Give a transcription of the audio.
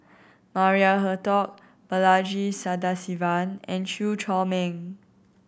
Maria Hertogh Balaji Sadasivan and Chew Chor Meng